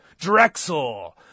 Drexel